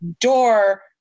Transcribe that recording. door